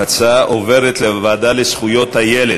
ההצעה עוברת לוועדה לזכויות הילד.